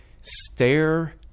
stare